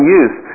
use